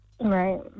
right